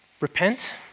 repent